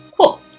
cool